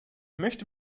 möchte